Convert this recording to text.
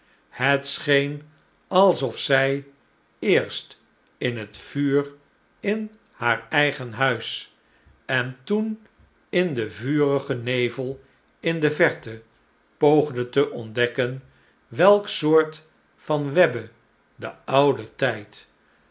scheen alsof zij eerst in het vuur in haar eigen huis en toen in den vurigen nevel in de verte poogde te ontdekken welk soort van webbe de oude tijd